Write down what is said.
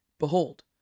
Behold